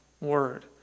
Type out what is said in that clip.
word